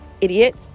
idiot